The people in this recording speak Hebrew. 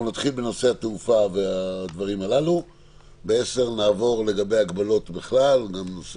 נתחיל בנושא התעופה וב-10:00 נעבור לגבי ההנחיות הכלליות,